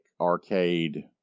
Arcade